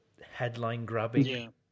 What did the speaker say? headline-grabbing